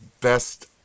best